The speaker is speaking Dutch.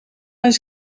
eens